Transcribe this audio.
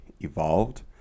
evolved